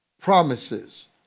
promises